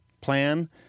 plan